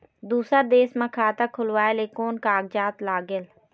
दूसर देश मा खाता खोलवाए ले कोन कागजात लागेल?